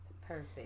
Perfect